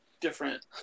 different